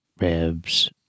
Ribs